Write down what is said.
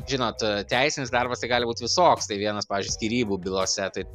žinot teisinis darbas tai gali būt visoks tai vienas pavyžiui skyrybų bylose tai